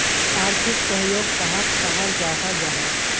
आर्थिक सहयोग कहाक कहाल जाहा जाहा?